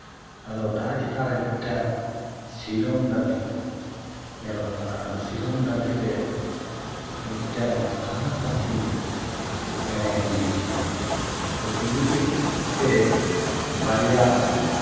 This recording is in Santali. ᱟᱫᱚ ᱫᱟᱜ ᱪᱮᱛᱟᱱ ᱨᱮ ᱢᱤᱫᱴᱟᱝ ᱥᱤᱨᱚᱢ ᱫᱟᱺᱫᱷᱤ ᱧᱮᱞᱚᱜ ᱠᱟᱱᱟ ᱟᱫᱚ ᱥᱤᱨᱳᱢ ᱫᱟᱺᱫᱷᱤᱨᱮ ᱢᱤᱫᱴᱟᱝ ᱦᱟᱸᱥᱼᱦᱟᱸᱥᱞᱤ ᱪᱮᱬᱮ ᱵᱤᱞᱤ ᱠᱮᱫᱟ ᱟᱫᱚ ᱵᱤᱞᱤ ᱠᱮᱜ ᱛᱮ ᱵᱟᱨᱭᱟ